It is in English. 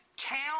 Count